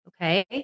Okay